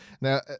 now